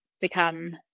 become